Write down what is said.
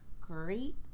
great